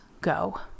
go